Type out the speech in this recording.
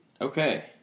Okay